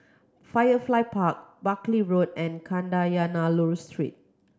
Firefly Park Buckley Road and Kadayanallur Street